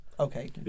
Okay